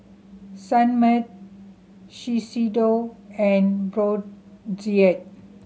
Sunmaid Shiseido and Brotzeit